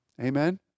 Amen